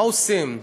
מה עושים?